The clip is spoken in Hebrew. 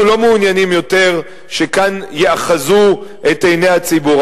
אנחנו לא מעוניינים יותר שכאן יאחזו את עיני הציבור.